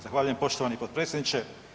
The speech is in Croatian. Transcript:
Zahvaljujem poštovani potpredsjedniče.